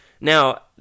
Now